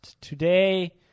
Today